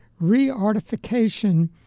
re-artification